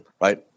right